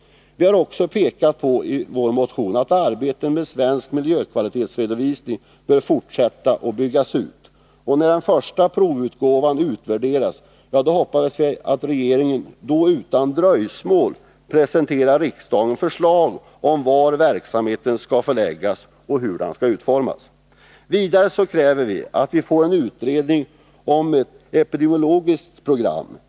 Vi har också i vår motion pekat på att arbetet med svensk miljökvalitetsredovisning bör fortsätta och byggas ut. Vi hoppas att regeringen, när den första provutgåvan utvärderats, utan dröjsmål presenterar riksdagen förslag om var verksamheten skall förläggas och hur den skall utformas. Vidare kräver vi att få en utredning om ett epidemiologiskt program.